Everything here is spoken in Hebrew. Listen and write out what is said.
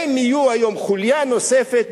הם יהיו היום חוליה נוספת,